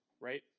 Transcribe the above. right